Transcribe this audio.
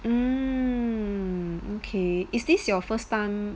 mm okay is this your first time